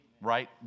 right